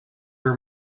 her